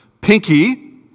Pinky